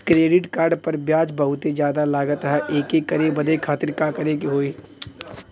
Credit card पर ब्याज बहुते ज्यादा लगत ह एके बंद करे खातिर का करे के होई?